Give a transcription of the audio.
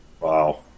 Wow